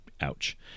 ouch